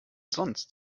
sonst